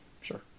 Sure